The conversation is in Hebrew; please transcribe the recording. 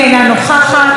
אינה נוכחת,